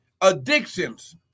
addictions